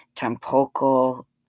tampoco